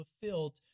fulfilled